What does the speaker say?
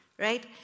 Right